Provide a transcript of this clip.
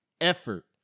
effort